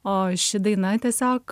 o ši daina tiesiog